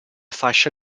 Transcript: fascia